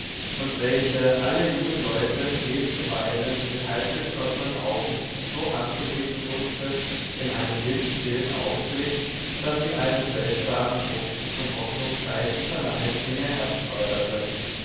und welche alle jungen leute jezuweilen mit halbgeschlossenen augen so anzublicken wußte in einem windstillen augenblick daß sie einen seltsamen funken von hoffnungsreichem verlangen in ihr herz schleuderte